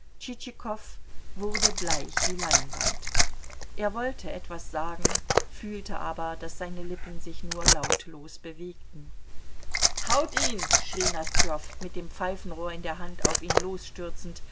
wurde bleich wie leinwand er wollte etwas sagen fühlte aber dass seine lippen sich nur lautlos bewegten haut ihn schrie nosdrjow mit dem pfeifenrohr in der hand auf ihn